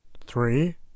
Three